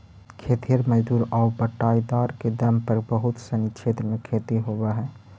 खेतिहर मजदूर आउ बटाईदार के दम पर बहुत सनी क्षेत्र में खेती होवऽ हइ